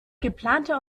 geplante